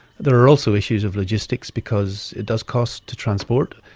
there are also issues of logistics because it does cost to transport.